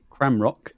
Cramrock